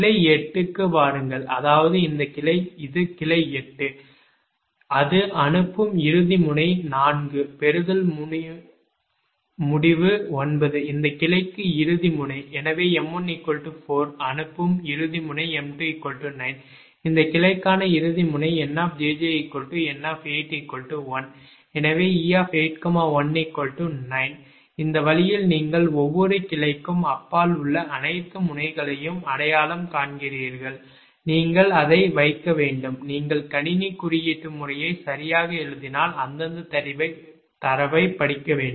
கிளை 8 க்கு வாருங்கள் அதாவது இந்த கிளை இது கிளை 8 அது அனுப்பும் இறுதி முனை 4 பெறுதல் முடிவு 9 இந்த கிளைக்கு இறுதி முனை எனவே m1 4 அனுப்பும் இறுதி முனை m2 9 இந்த கிளைக்கான இறுதி முனை NjjN81 எனவே e81 9 இந்த வழியில் நீங்கள் ஒவ்வொரு கிளைக்கும் அப்பால் உள்ள அனைத்து முனைகளையும் அடையாளம் காண்கிறீர்கள் நீங்கள் அதை வைக்க வேண்டும் நீங்கள் கணினி குறியீட்டு முறையை சரியாக எழுதினால் அந்தத் தரவைப் படிக்க வேண்டும்